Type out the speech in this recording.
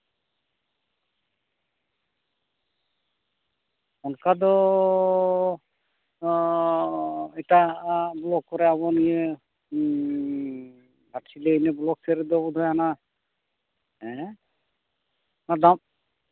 ᱚᱱᱠᱟ ᱫᱚ ᱮᱴᱟᱜᱼᱟᱜ ᱵᱞᱚᱠ ᱠᱚᱨᱮ ᱟᱵᱚ ᱱᱤᱭᱟᱹ ᱜᱷᱟᱴᱥᱤᱞᱟᱹ ᱤᱱᱟᱹ ᱵᱞᱚᱠ ᱨᱮᱫᱚ ᱵᱳᱫᱷᱳᱭ ᱦᱟᱱᱟ ᱦᱮᱸ ᱫᱟᱸᱛ